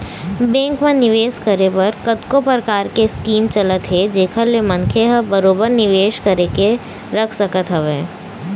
bank म निवेस करे बर कतको परकार के स्कीम चलत हे जेखर ले मनखे ह बरोबर निवेश करके रख सकत हवय